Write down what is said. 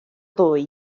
ddoi